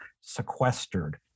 sequestered